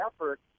effort